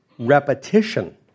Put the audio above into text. repetition